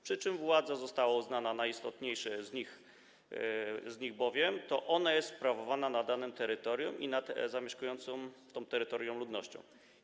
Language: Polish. Przy czym władza została uznana za najistotniejszy z nich, bowiem to ona jest sprawowana na danym terytorium i nad zamieszkującą to terytorium ludnością.